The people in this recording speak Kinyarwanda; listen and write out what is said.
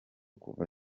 kuva